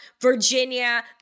Virginia